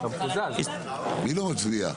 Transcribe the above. מי לא מצביע?